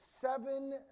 Seven